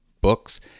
books